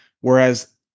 Whereas